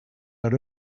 are